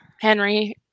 Henry